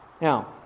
Now